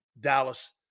Dallas